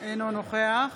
אינו נוכח